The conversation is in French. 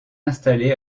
installé